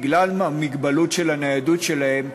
בגלל מגבלות הניידות שלהם,